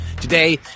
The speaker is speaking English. Today